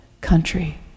country